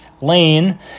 Lane –